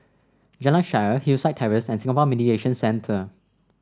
Jalan Shaer Hillside Terrace and Singapore Mediation Centre